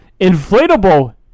Inflatable